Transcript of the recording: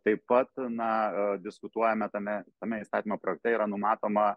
taip pat na diskutuojame tame tame įstatymo projekte yra numatoma